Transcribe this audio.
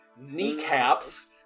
kneecaps